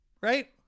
Right